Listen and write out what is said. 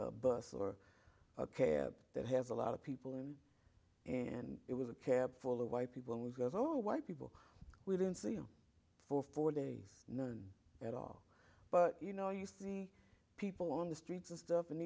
a bus or a cab that has a lot of people in and it was a cab full of white people was all white people we didn't see him for four days none at all but you know you see people on the streets and stuff and